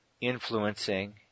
influencing